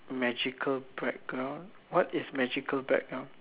magical background what is magical background